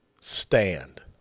stand